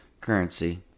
currency